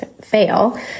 fail